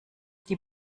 die